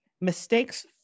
Mistakes